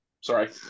Sorry